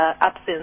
absence